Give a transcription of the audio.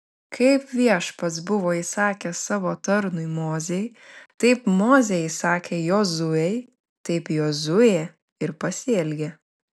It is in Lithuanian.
kaip viešpats buvo įsakęs savo tarnui mozei taip mozė įsakė jozuei taip jozuė ir pasielgė